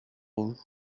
vous